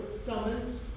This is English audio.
summoned